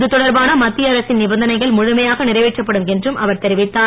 இதுதொடர்பான மத்திய அரசின் நிபந்தனைகள் முழுமையாக நிறைவேற்றப்படும் என்றும் அவர் தெரிவித்தார்